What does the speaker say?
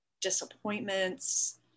disappointments